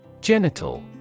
Genital